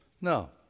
No